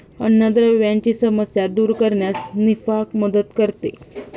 अन्नद्रव्यांची समस्या दूर करण्यास निफा मदत करते